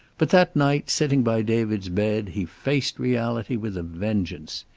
but that night, sitting by david's bed, he faced reality with a vengeance.